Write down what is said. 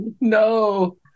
No